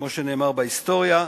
כמו שנאמר בהיסטוריה,